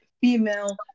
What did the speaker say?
female